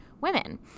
women